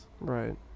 Right